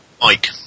Mike